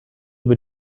bin